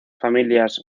familias